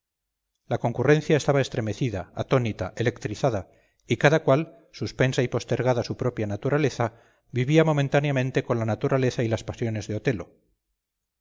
la concurrencia estaba estremecida atónita electrizada y cada cual suspensa y postergada su propia naturaleza vivía momentáneamente con la naturaleza y las pasiones de otelo